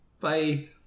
Bye